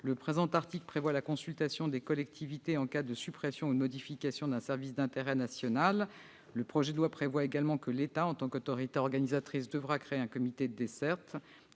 Le présent article prévoit la consultation des collectivités en cas de suppression ou pour une modification d'un service d'intérêt national. Le projet de loi prévoit également que l'État en tant qu'autorité organisatrice devra créer un comité de dessertes